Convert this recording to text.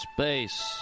Space